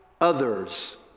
others